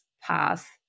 path